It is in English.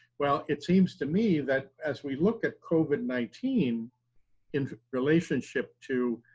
well, it seems to me that as we look at covid nineteen in relationship to